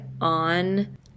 on